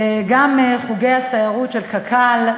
גם חוגי הסיירות של קק"ל,